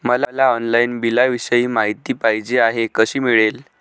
मला ऑनलाईन बिलाविषयी माहिती पाहिजे आहे, कशी मिळेल?